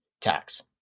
tax